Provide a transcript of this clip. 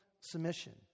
submission